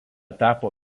tapo